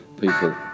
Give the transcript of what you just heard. people